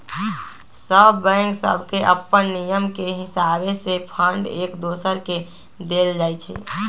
सभ बैंक सभके अप्पन नियम के हिसावे से फंड एक दोसर के देल जाइ छइ